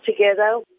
together